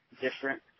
different